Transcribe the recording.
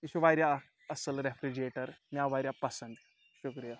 یہِ چھُ واریاہ اکھ اَصٕل رٮ۪فرِجریٹَر مےٚ آو واریاہ پَسنٛد شُکریہ